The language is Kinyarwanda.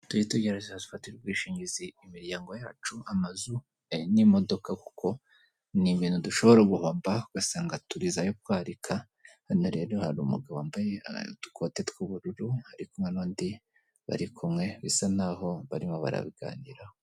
Tujye tugerageza dufatira ubwishingizi imiryango yacu, amazu, n'imodoka kuko ni ibintu dushobora guhomba ugasanga turize ayo kwarika. Hano rero hari umugabo wambaye udukote tw'ubururu arikumwe n'undi barikumwe bisa n'aho barimo barabiganiraho.